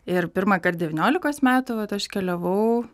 ir pirmąkart devyniolikos metų vat aš keliavau